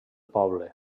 poble